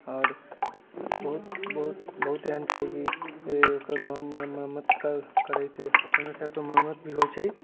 आओर बहुत बहुत एहन छै कि ओकर मरम्मत करैके समय समयपर मरम्मत भी होइ छै